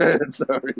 Sorry